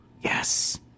Yes